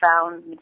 found